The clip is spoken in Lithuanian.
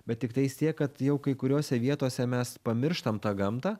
bet tiktais tiek kad jau kai kuriose vietose mes pamirštam tą gamtą